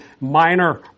minor